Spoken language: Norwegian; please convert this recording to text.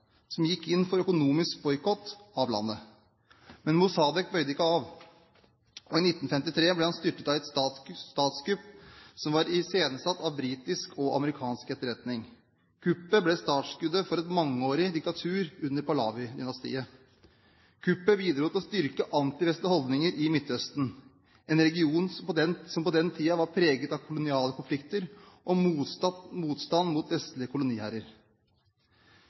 som gikk inn for økonomisk boikott av landet. Men Mosadek bøyde ikke av. I 1953 ble han styrtet i et statskupp som var iscenesatt av britisk og amerikansk etterretning. Kuppet ble startskuddet for et mangeårig diktatur under Pahlavi-dynasitet. Kuppet bidro til å styrke antivestlige holdninger i Midtøsten, en region som på den tiden var preget av koloniale konflikter og motstand mot